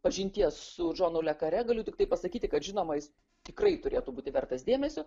pažinties su džonu le karė galiu tiktai pasakyti kad žinoma jis tikrai turėtų būti vertas dėmesio